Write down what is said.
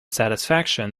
satisfaction